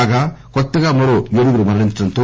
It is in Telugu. కాగా కొత్తగా మరో ఏడుగురు మరణించటంతో